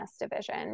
division